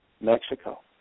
Mexico